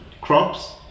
crops